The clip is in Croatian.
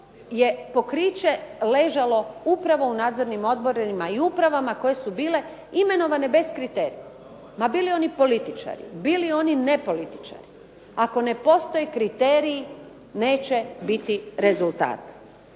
je pokriće ležalo upravo u nadzornim odborima i upravama koje su bile imenovane bez kriterija. Ma bili oni političari, bili oni nepolitičari ako ne postoje kriteriji neće biti rezultata.